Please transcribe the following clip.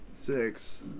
Six